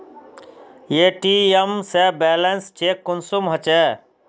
ATM से balance check कुंसम होचे?